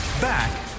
Back